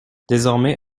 désormais